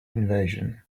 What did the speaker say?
invasion